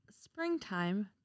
Springtime